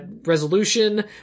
resolution